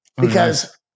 because-